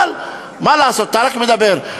אבל מה לעשות, אתה רק מדבר.